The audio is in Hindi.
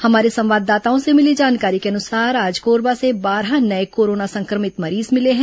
हमारे संवाददाताओं से मिली जानकारी के अनुसार आज कोरबा से बारह नए कोरोना संक्रमित मरीज मिले हैं